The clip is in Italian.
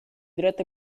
diretta